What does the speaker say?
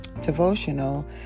devotional